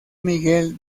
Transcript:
miguel